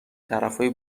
طرفای